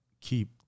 keep